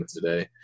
today